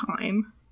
time